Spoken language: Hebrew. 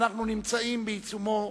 ואנחנו בעיצומו